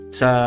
sa